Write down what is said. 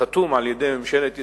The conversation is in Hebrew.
חתום על-ידי ממשלת ישראל,